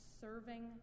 Serving